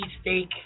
steak